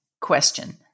question